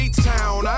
A-Town